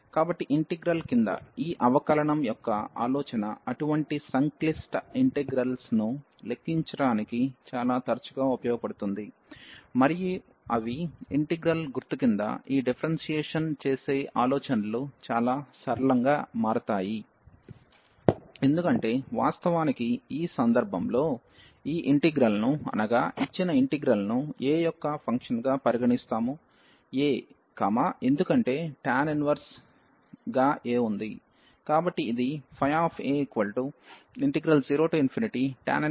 కాబట్టి ఇంటిగ్రల్ కింద ఈ అవకలనం యొక్క ఆలోచన అటువంటి సంక్లిష్ట ఇంటిగ్రల్లను లెక్కించడానికి చాలా తరచుగా ఉపయోగించబడుతుంది మరియు అవి ఇంటిగ్రల్ గుర్తు క్రింద ఈ డిఫరెన్షియేషన్ చేసే ఆలోచనలు చాలా సరళంగా మారతాయి ఎందుకంటే వాస్తవానికి ఈ సందర్భంలో ఈ ఇంటిగ్రల్ను అనగా ఇచ్చిన ఇంటిగ్రల్ను a యొక్క ఫంక్షన్ గా పరిగణిస్తాము a ఎందుకంటే టాన్ ఇన్వెర్స్ గా a ఉంది